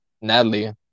Natalie